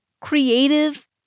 creative